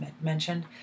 mentioned